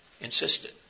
insisted